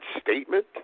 statement